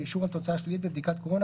אישור על תוצאה שלילית בבדיקת קורונה,